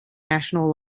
national